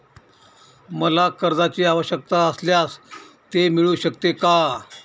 मला कर्जांची आवश्यकता असल्यास ते मिळू शकते का?